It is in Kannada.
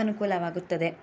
ಅನುಕೂಲವಾಗುತ್ತದೆ